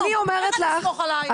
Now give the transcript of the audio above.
איך אני אסמוך עלייך?